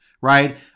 Right